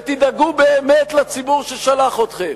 ותדאגו באמת לציבור ששלח אתכם.